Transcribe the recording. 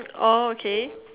oh okay